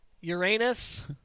Uranus